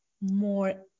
more